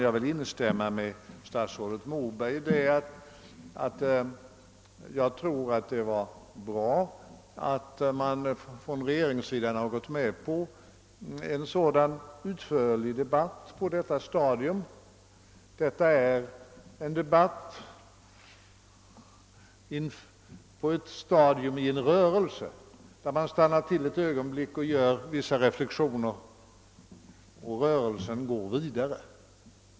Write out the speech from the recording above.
Jag vill instämma med statsrådet Moberg i att det var bra att man från regeringssidan gick med på en så utförlig debatt på detta stadium. Detta är en debatt på ett stadium av en rörelse, där man stannar till ett ögonblick och gör vissa reflexioner och rörelsen sedan går vidare.